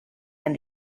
and